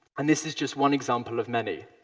and this is just one example of many.